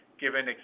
given